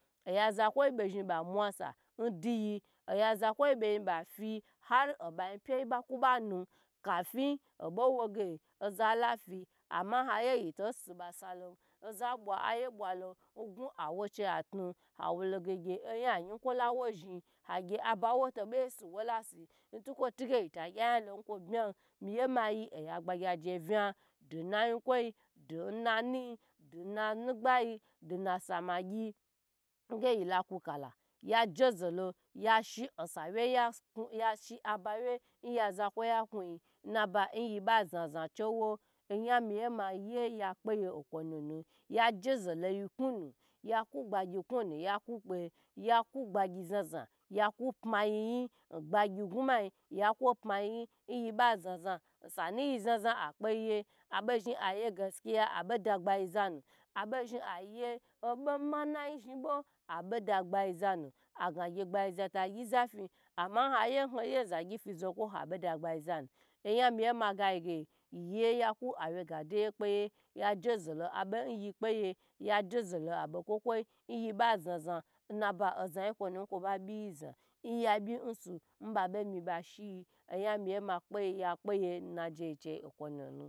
Oya zakwo bo zhn ba mwa sa ndu yi oya za kwo bo zhn ba sa ar oba yin pyi ba ku banu kafi obowo oza lafi ama ha yiye yito sibasa lon oza bwa oya bwa n gwawo cha tun awo oyanyi kwo lowo zhn agye aba wo to boisi wola si atige yita gya yan lon nkwo bma meyi ma yi oma agbagye je vna tu na yikwoi duna nuyi du na nu gbayi, nnasamagyi nge yila kukala yajezolo osa wye yaku yeshi aba wye nya zakwo akur yi nnaba yi ba zaza chewo omiye ya kpeye okwo nunu yeje ze loyi kna nu yaku gbagyi kunu yaku kpe yaku gbagyi za za yaku pma yiyi ngba gyi gumei ya kwo pmayiyin nyi ba zaza osanu yi zaza akpe yi ya abe zhn aye gaskiya abede gbaizanu abu zhn aye obo manaj zhn bo abe da gbayzanu aga gye gbaiza ta gyi za fi nhayiye nhoye zagyi fibo hebe da gbaizanu oyan m ye ma gayi ge yaye yaku awyegadeye kpeye ya jeze lo abo yi kpayi yejezelo abo kwo kwo yi naba yi nazeya ba biyiza abyi nsu nba bomi ba shiyi oya miya yekpe ye na jeyo okwo nunu